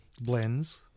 blends